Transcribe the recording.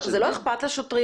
זה לא אכפת לשוטרים?